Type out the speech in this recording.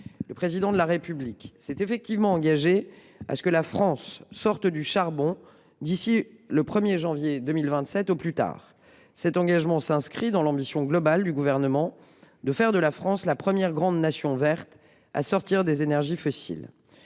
Le Président de la République s’est effectivement engagé à ce que la France sorte définitivement du charbon d’ici le 1 janvier 2027. Cet engagement s’inscrit dans l’ambition globale du Gouvernement de faire de la France la première grande nation verte à sortir des énergies fossiles.